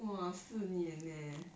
哇四年 eh